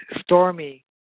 stormy